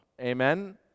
Amen